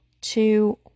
two